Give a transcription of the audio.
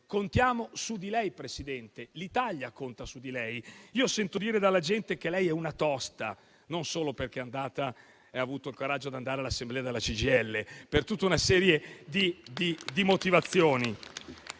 Contiamo su di lei, signora Presidente del Consiglio. L'Italia conta su di lei. Sento dire dalla gente che lei è una tosta, non solo perché ha avuto il coraggio di andare all'assemblea della CGIL, ma per tutta una serie di motivazioni.